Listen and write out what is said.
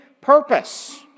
purpose